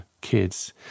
kids